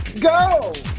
go